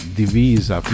divisa